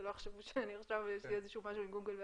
שלא יחשבו שיש לי איזשהו משהו עם גוגל ואפל,